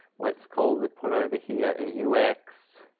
let's call that put over here a u x,